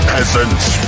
Peasants